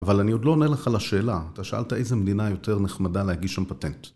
אבל אני עוד לא עונה לך על השאלה, אתה שאלת איזה מדינה יותר נחמדה להגיש שם פטנט.